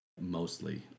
mostly